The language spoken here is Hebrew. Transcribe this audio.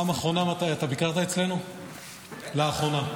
מתי ביקרת אצלנו בפעם האחרונה?